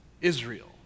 Israel